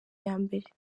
yambere